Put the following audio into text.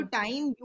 time